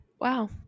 Wow